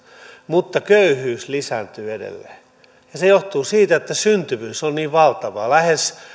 mutta köyhyys lisääntyy edelleen se johtuu siitä että syntyvyys on niin valtavaa lähes